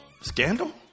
Scandal